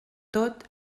tot